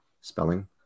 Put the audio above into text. spelling